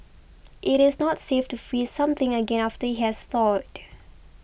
it is not safe to freeze something again after it has thawed